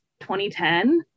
2010